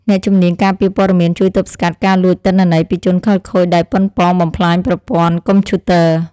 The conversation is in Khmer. អ្នកជំនាញការពារព័ត៌មានជួយទប់ស្កាត់ការលួចទិន្នន័យពីជនខិលខូចដែលប៉ុនប៉ងបំផ្លាញប្រព័ន្ធកុំព្យូទ័រ។